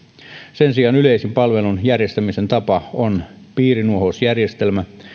sen sijaan yleisin palvelun järjestämisen tapa on piirinuohousjärjestelmä